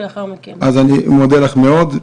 אז אני מודה לך מאוד.